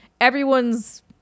everyone's